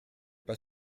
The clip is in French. pas